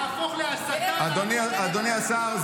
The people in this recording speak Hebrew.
להפוך להסתה --- אדוני השר,